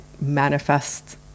manifest